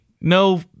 No